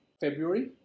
February